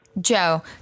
Joe